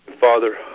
Father